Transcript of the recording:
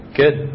good